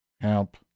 Help